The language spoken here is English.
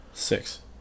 Six